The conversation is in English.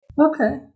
Okay